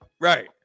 right